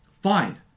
Fine